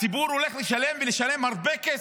הציבור הולך לשלם, ולשלם הרבה כסף.